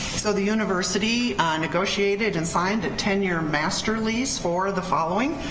so the university negotiated and signed a ten year master lease for the following.